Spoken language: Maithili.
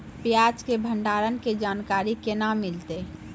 प्याज के भंडारण के जानकारी केना मिलतै?